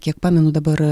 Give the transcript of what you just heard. kiek pamenu dabar